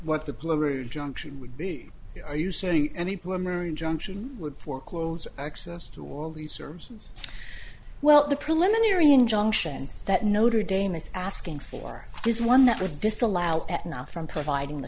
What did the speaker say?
what the plumber junction would be are you saying any poor marion junction would foreclose access to all these services well the preliminary injunction that notre dame is asking for is one that would disallow at now from providing the